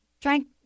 Drank